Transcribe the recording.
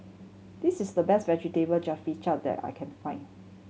this is the best Vegetable Jalfrezi that I can find